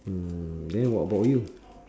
mm then what about you